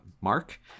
mark